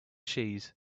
cheese